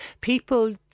people